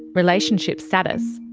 relationship status,